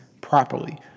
properly